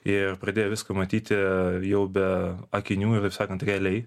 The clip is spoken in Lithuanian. ir pradėjo viską matyti jau be akinių ir taip sakant realiai